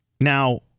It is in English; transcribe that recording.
Now